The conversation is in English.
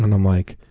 and i'm like,